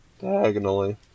diagonally